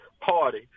Party